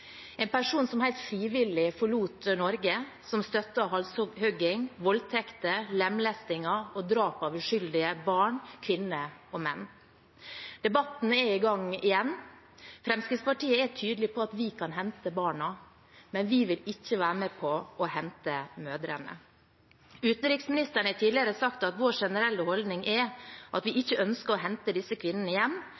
en person som helt frivillig forlot Norge, som støttet halshogging, voldtekt, lemlestelse og drap av uskyldige barn, kvinner og menn. Debatten er i gang igjen. Fremskrittspartiet er tydelig på at vi kan hente barna, men vi vil ikke være med på å hente mødrene. Utenriksministeren har tidligere sagt at vår generelle holdning er at vi